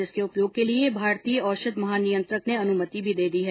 जिसके उपयोग के लिए भारतीय औषध महानियंत्रक ने अनुमति भी दे दी है